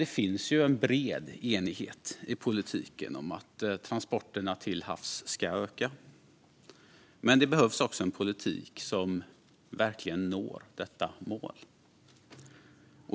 Det finns en bred enighet i politiken om att transporterna till havs ska öka. Men det behövs också en politik som verkligen når detta mål.